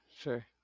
sure